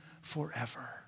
forever